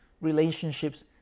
relationships